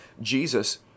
Jesus